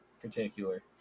particular